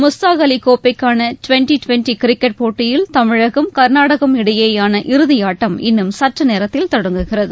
முஸ்தாக் அலி கோப்பைக்கான twenty twenty cricket போட்டியில் தமிழகம் கர்நாடகம் இடையேயான இறுதியாட்டம் இன்னும் சற்றுநேரத்தில் தொடங்குகிறது